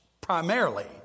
primarily